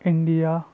India